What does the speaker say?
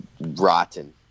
rotten